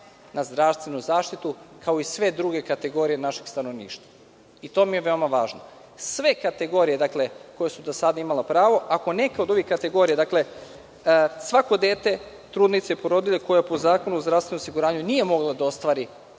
na zdravstvenu zaštitu kao i sve druge kategorije našeg stanovništva, to mi je veoma važno, sve kategorije koje su do sada imale pravo. Ako neka od ovih kategorija, svako dete, trudnica ili porodilja, po Zakonu o zdravstvenom osiguranju nije mogla da ostvari